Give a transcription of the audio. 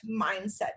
mindset